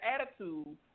attitude